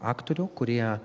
aktorių kurie